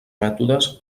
mètodes